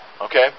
okay